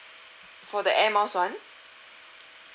for the air miles one